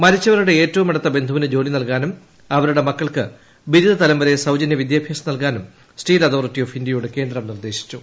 മരിച്ചവ രുടെ ഏറ്റവും അടുത്ത ബന്ധുവിന് ജോലി നൽകാനും അവരുടെ മക്കൾക്ക് ബിരുദതലം വരെ സൌജന്യ വിദ്യാഭ്യാസം നൽകാനും സ്റ്റീൽ അതോറിറ്റി ഓഫ് ഇന്ത്യയോട് കേന്ദ്രം നിർദ്ദേശിച്ചു